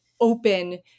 open